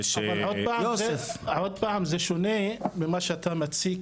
זה שונה במה שאתה מציג.